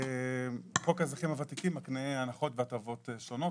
חוק האזרחים הוותיקים מקנה הנחות והטבות שונות.